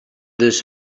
this